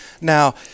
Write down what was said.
Now